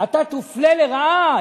אתה תופלה לרעה.